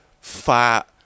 fat